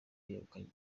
yegukanye